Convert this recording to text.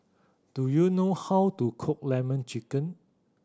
do you know how to cook Lemon Chicken